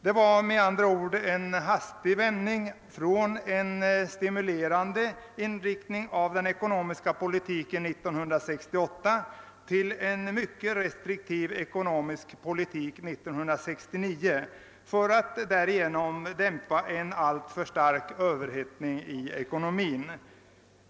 Det blev med andra ord en hastig vändning från en stimulerande inriktning av den ekonomiska politiken 1968 till en mycket restriktiv ekonomisk politik 1969 för att därigenom dämpa en alltför stark överhettning i ekonomin.